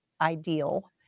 ideal